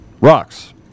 Rocks